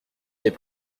des